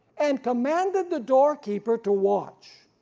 and commanded the doorkeeper to watch.